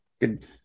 good